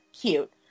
cute